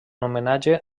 homenatge